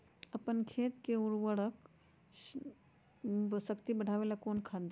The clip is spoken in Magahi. अपन खेत के उर्वरक शक्ति बढावेला कौन खाद दीये?